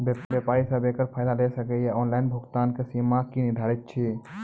व्यापारी सब एकरऽ फायदा ले सकै ये? ऑनलाइन भुगतानक सीमा की निर्धारित ऐछि?